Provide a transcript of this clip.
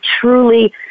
truly